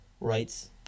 rights